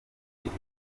iheze